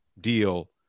deal